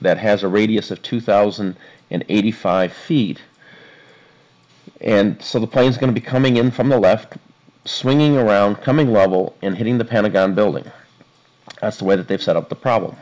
that has a radius of two thousand and eighty five feet and so the plane's going to be coming in from the left swinging around coming rubble and hitting the pentagon building that's the way that they've set up the problem